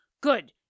Good